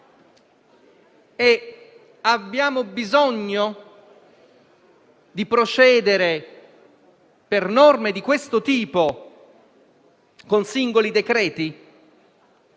abbiamo bisogno di procedere, per norme di questo tipo, con singoli decreti?